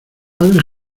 padre